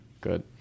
Good